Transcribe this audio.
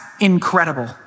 incredible